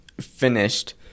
finished